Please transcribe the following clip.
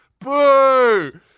Boo